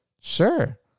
Sure